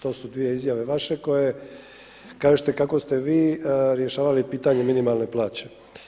To su dvije izjave vaše koje kažete kako ste vi rješavali pitanje minimalne plaće.